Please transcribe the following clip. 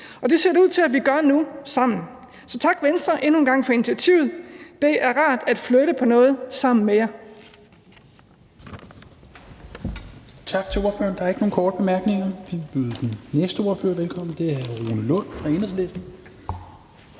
og det ser det ud til at vi gør nu, sammen. Så endnu en gang tak til Venstre for initiativet. Det er rart at flytte på noget sammen med jer.